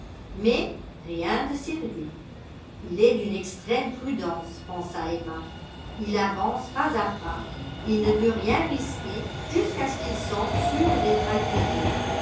mais rien de sérieux il est d'une extrême prudence pensa emma il avance pas à pas et ne veut rien risquer jusqu'à ce qu'il sente sûr d'être